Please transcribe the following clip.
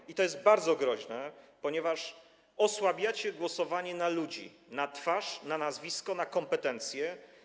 I to jest bardzo groźne, ponieważ osłabiacie głosowanie na ludzi, na twarz, na nazwisko, na kompetencje.